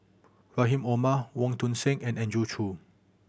Rahim Omar Wong Tuang Seng and Andrew Chew